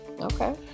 Okay